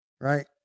right